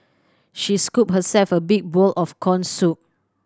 she scooped herself a big bowl of corn soup